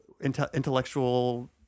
intellectual